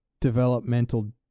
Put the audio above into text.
developmental